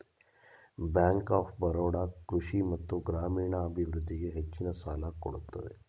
bank of Baroda ಕೃಷಿ ಮತ್ತು ಗ್ರಾಮೀಣ ಅಭಿವೃದ್ಧಿಗೆ ಹೆಚ್ಚಿನ ಸಾಲ ಕೊಡುತ್ತದೆ